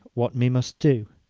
what me must do?